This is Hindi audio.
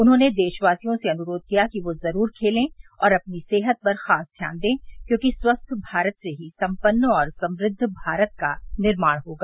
उन्होंने देशवासियों से अनुरोध किया कि वे ज़रूर खेलें और अपनी सेहत पर ख़ास ध्यान दें क्योंकि स्वस्थ भारत से ही सम्पन्न और समृद्ध भारत का निर्माण होगा